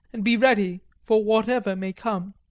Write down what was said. and be ready for whatever may come.